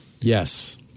Yes